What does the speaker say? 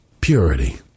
purity